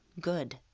good